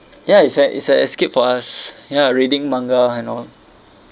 ya it's a it's a escape for us ya reading manga and all